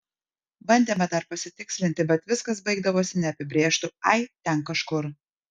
bandėme dar pasitikslinti bet viskas baigdavosi neapibrėžtu ai ten kažkur